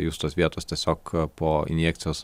jūs tos vietos tiesiog po injekcijos